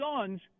sons